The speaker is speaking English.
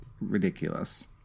ridiculous